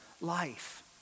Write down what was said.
life